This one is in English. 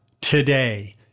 today